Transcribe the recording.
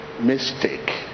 Mistake